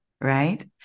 right